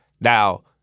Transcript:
Now